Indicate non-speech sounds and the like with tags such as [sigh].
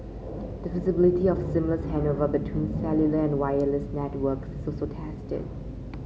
the feasibility of seamless handover between cellular and wireless networks [unintelligible] tested